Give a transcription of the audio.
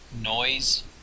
Noise